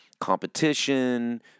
competition